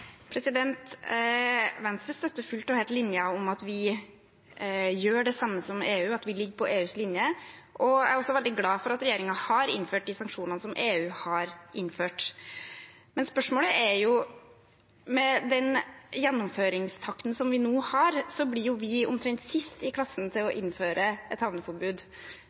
Venstre støtter fullt og helt linjen om at vi gjør det samme som EU, at vi ligger på EUs linje, og jeg er veldig glad for at regjeringen har innført de sanksjonene som EU har innført. Men spørsmålet går på: Med den gjennomføringstakten som vi nå har, blir vi omtrent sist i klassen til å innføre et havneforbud.